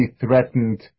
threatened